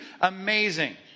Amazing